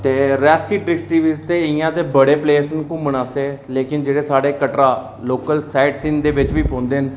ते रियासी डिस्टिक दे इ'यां ते बड़े प्लेस न घूमन आस्तै लेकिन जेह्ड़े कटरा लोकल साइड सीन दे बिच बी पौंदे न